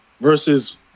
versus